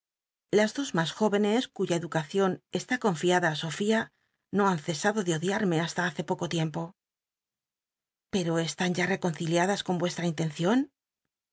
las dos mas jórcllcs cuya educación está confiada i sofía no han cesado de odiarme hasta hace poco tiempo pero están ya reconciliadas con